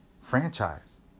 franchise